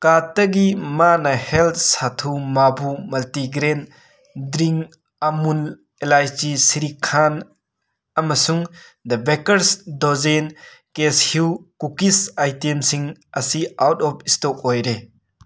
ꯀꯥꯔꯠꯇꯒꯤ ꯃꯥꯅ ꯍꯦꯜꯊ ꯁꯥꯊꯨ ꯃꯥꯕꯨ ꯃꯜꯇꯤꯒ꯭ꯔꯦꯟ ꯗ꯭ꯔꯤꯡ ꯑꯃꯨꯜ ꯏꯂꯥꯏꯆꯤ ꯁ꯭ꯔꯤꯈꯥꯟ ꯑꯃꯁꯨꯡ the bakers dozen cashew cookies ꯑꯥꯏꯇꯦꯝꯁꯤꯡ ꯑꯁꯤ ꯑꯥꯎꯠ ꯑꯣꯞ ꯑ꯭ꯇꯣꯛ ꯑꯣꯏꯔꯦ